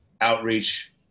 outreach